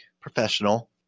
professional